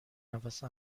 نفس